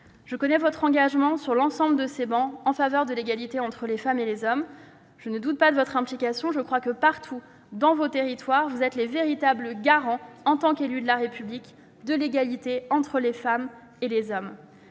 Je connais votre engagement, sur l'ensemble de ces travées, en faveur de l'égalité entre les femmes et les hommes. Je ne doute pas de votre implication. Je crois que, partout dans vos territoires, vous êtes les véritables garants, en tant qu'élus de la République, de cette égalité. J'espère que vous